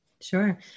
Sure